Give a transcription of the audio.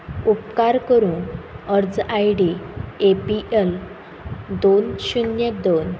उपकार करून अर्ज I D A P L दोन शुन्य दोन